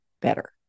better